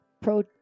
pro-